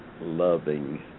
loving